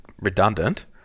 redundant